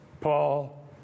Paul